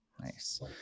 nice